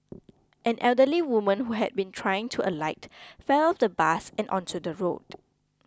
an elderly woman who had been trying to alight fell on the bus and onto the road